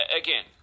again